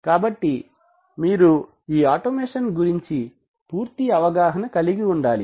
కాబట్టి మీరు ఈ ఆటోమేషన్ గురించి పూర్తి అవగాహన కలిగి ఉండాలి